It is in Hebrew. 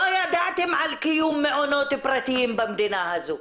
לא ידעתם על קיום מעונות פרטיים במדינה הזו.